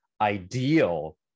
ideal